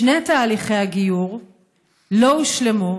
שני תהליכי הגיור לא הושלמו,